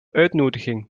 uitnodiging